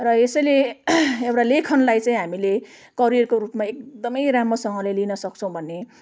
र यसैले एउटा लेखनलाई चाहिँ हामीले करियरको रूपमा एकदमै राम्रोसँगले लिन सक्छौँ भन्ने